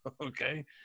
Okay